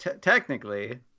Technically